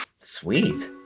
Sweet